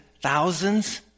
thousands